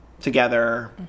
together